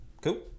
Cool